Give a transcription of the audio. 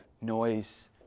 Noise